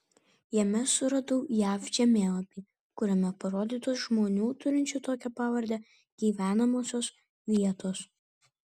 jame suradau jav žemėlapį kuriame parodytos žmonių turinčių tokią pavardę gyvenamosios vietos